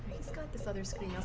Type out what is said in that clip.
he's got this other screen. you know